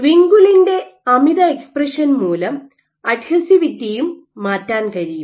വിൻക്യുലിൻറെ അമിത എക്സ്പ്രഷൻ മൂലം അഡ്ഹസിവിറ്റിയും മാറ്റാൻ കഴിയും